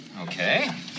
Okay